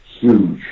huge